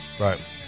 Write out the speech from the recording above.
Right